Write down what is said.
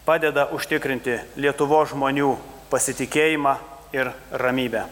padeda užtikrinti lietuvos žmonių pasitikėjimą ir ramybę